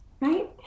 right